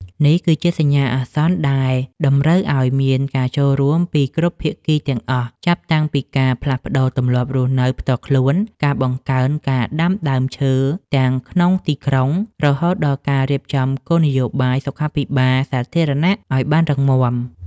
នេះគឺជាសញ្ញាអាសន្នដែលតម្រូវឱ្យមានការចូលរួមពីគ្រប់ភាគីទាំងអស់ ចាប់តាំងពីការផ្លាស់ប្តូរទម្លាប់រស់នៅផ្ទាល់ខ្លួន ការបង្កើនការដាំដើមឈើក្នុងទីក្រុង រហូតដល់ការរៀបចំគោលនយោបាយសុខាភិបាលសាធារណៈឱ្យបានរឹងមាំ។